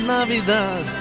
Navidad